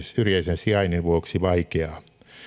syrjäisen sijainnin vuoksi vaikeaa